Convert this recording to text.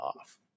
off